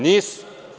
Nisu.